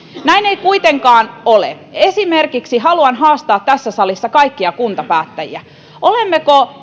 näin ei kuitenkaan ole esimerkiksi haluan haastaa tässä salissa kaikkia kuntapäättäjiä olemmeko